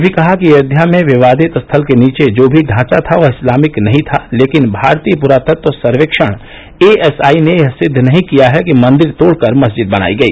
अदालत ने ये भी कहा कि अयोध्या में विवादित स्थल के नीचे जो भी ढांचा था वह इस्लामिक नहीं था लेकिन भारतीय पुरातत्व सर्वेक्षण एएसआई ने यह सिद्ध नहीं किया है कि मंदिर तोड़कर मस्जिद बनाई गई